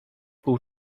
pół